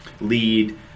lead